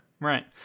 Right